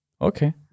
Okay